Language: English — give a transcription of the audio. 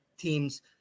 teams